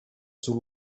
sul